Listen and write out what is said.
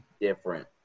different